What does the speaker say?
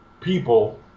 people